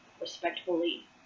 respectfully